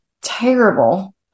terrible